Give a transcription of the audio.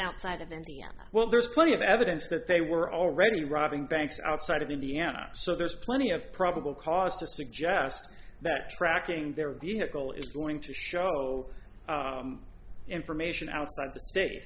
outside of n p r well there's plenty of evidence that they were already robbing banks outside of indiana so there's plenty of probable cause to suggest that tracking their vehicle is going to show information outside of the state